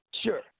Sure